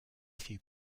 few